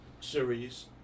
series